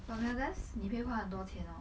but venice 你会花很多钱哦